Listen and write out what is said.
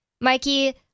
Mikey